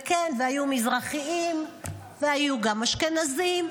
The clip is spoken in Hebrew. וכן, היו מזרחיים והיו גם אשכנזים.